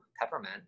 Peppermint